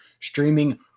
streaming